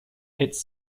its